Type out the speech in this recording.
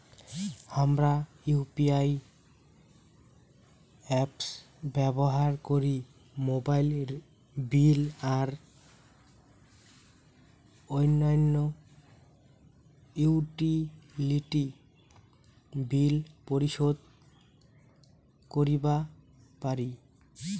হামরা UPI apps ব্যবহার করি মোবাইল বিল আর অইন্যান্য ইউটিলিটি বিল পরিশোধ করিবা পারি